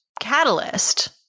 catalyst